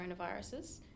coronaviruses